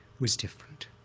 was different.